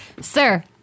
Sir